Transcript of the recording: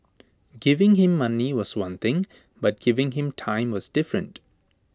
giving him money was one thing but giving him time was different